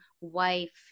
wife